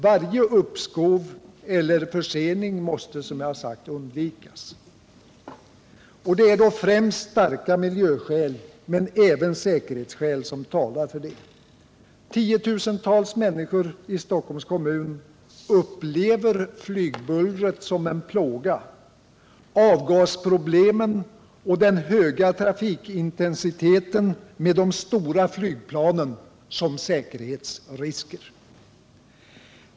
Varje uppskov eller försening måste, som jag har sagt, undvikas. Främst starka miljöskäl men även säkerhetsskäl talar för detta. Tiotusentals människor i Stockholms kommun upplever flygbullret som en plåga, avgasproblemen och den höga trafikintensiteten med de stora flygplanen som säkerhetsrisker.